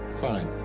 fine